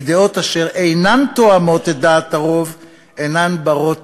דעות אשר אינן תואמות את דעת הרוב אינן בנות